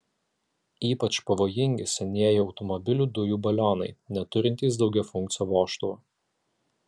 ypač pavojingi senieji automobilių dujų balionai neturintys daugiafunkcio vožtuvo